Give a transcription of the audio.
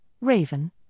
raven